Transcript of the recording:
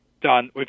done